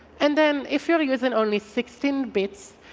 and then if you're using only sixteen bits,